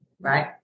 right